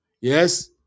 yes